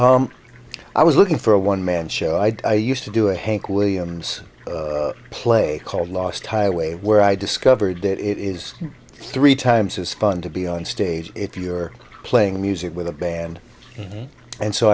i was looking for a one man show i used to do a hank williams play called lost highway where i discovered that it is three times as fun to be on stage if you're playing music with a band and so